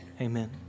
Amen